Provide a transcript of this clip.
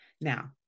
Now